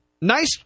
nice